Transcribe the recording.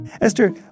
Esther